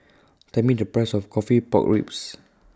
Tell Me The Price of Coffee Pork Ribs